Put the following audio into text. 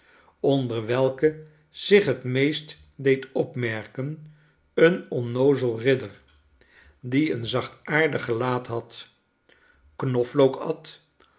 onder welke zich het meest deed opmerken een onnoozel ridder die een zachtaardig gelaat had knoflook at